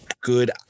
good